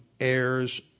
heirs